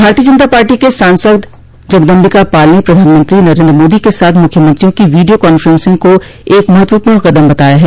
भारतीय जनता पार्टी के सांसद जगदम्बिका पाल ने प्रधानमंत्री नरेन्द्र मोदी के साथ मुख्यमंत्रियों की वीडियो कांफ्रेंसिंग को एक महत्वपूर्ण कदम बताया है